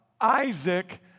Isaac